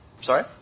Sorry